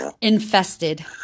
infested